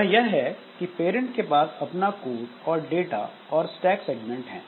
वह यह है कि पेरेंट के पास अपना कोड डाटा और स्टैक सेगमेंट है